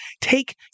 take